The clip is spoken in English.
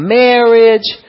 marriage